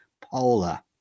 Polar